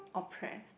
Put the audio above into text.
oppressed